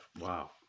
Wow